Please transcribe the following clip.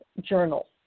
journal